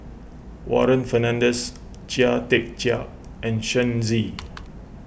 Warren Fernandez Chia Tee Chiak and Shen Xi